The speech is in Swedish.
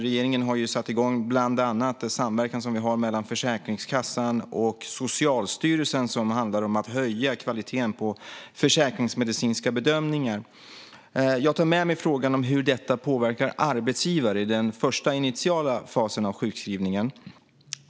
Regeringen har bland annat satt igång den samverkan som vi nu har mellan Försäkringskassan och Socialstyrelsen, som handlar om att höja kvaliteten på försäkringsmedicinska bedömningar. Jag tar med mig frågan om hur detta påverkar arbetsgivare i den första, initiala fasen av sjukskrivningen.